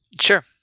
Sure